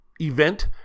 event